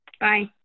Bye